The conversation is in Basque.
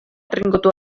trinkotu